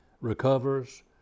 recovers